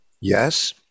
Yes